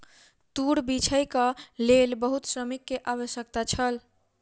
तूर बीछैक लेल बहुत श्रमिक के आवश्यकता छल